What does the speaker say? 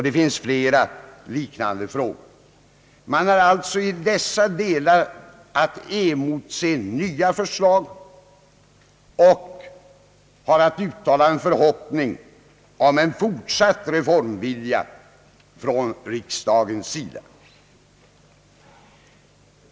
Det finns flera liknande frågor. Man har alltså i dessa delar att emotse nya förslag och hoppas på en fortsatt reformvilja från riksdagens sida.